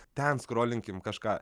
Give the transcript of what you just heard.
ten skrolinkim kažką